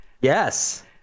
Yes